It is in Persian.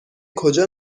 کجا